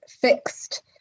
fixed